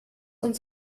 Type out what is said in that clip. uns